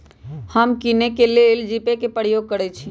हम किने के लेल जीपे कें प्रयोग करइ छी